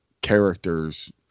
characters